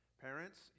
Parents